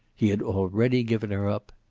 he had already given her up.